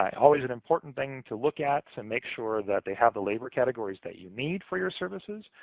always an important thing to look at to make sure that they have the labor categories that you need for your services,